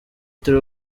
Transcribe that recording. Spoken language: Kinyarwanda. turi